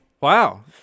Wow